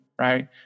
right